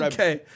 Okay